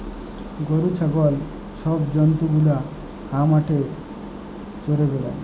গরু, ছাগল ছব জল্তু গুলা হাঁ মাঠে চ্যরে বেড়ায়